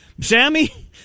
Sammy